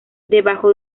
debajo